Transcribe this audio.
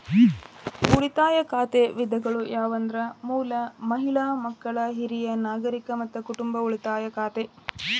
ಉಳಿತಾಯ ಖಾತೆ ವಿಧಗಳು ಯಾವಂದ್ರ ಮೂಲ, ಮಹಿಳಾ, ಮಕ್ಕಳ, ಹಿರಿಯ ನಾಗರಿಕರ, ಮತ್ತ ಕುಟುಂಬ ಉಳಿತಾಯ ಖಾತೆ